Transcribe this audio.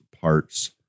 parts